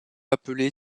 appelé